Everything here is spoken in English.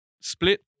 split